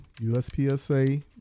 USPSA